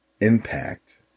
Impact